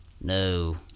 No